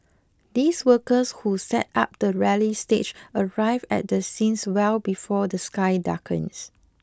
these workers who set up the rally stage arrive at the scene well before the sky darkens